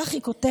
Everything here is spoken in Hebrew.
כך היא כותבת: